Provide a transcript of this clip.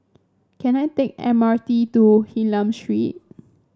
can I take M R T to Hylam Street